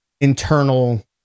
internal